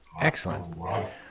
Excellent